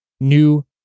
new